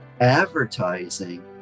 advertising